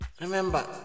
Remember